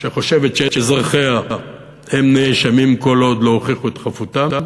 שחושבת שאזרחיה הם נאשמים כל עוד לא הוכיחו את חפותם,